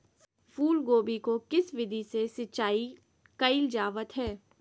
फूलगोभी को किस विधि से सिंचाई कईल जावत हैं?